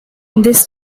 this